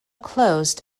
closed